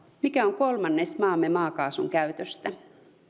mikä on kolmannes maamme maakaasun käytöstä